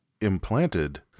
implanted